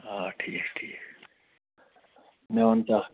آ ٹھیٖک ٹھیٖک مےٚ وَنتہٕ اَکھ کتھ